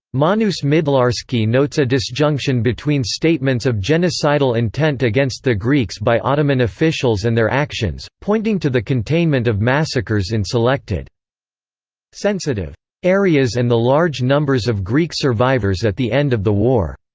manus midlarsky notes a disjunction between statements of genocidal intent against the greeks by ottoman officials and their actions, pointing to the containment of massacres in selected sensitive areas and the large numbers of greek survivors at the end of the war.